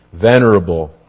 venerable